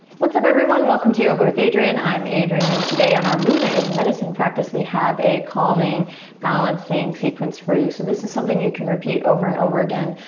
what's up everyone, welcome to yoga with adriene. i'm adriene, and today on our movement is medicine practice, we have a calming balancing sequence for you. so this is something you can repeat over and over again,